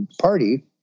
party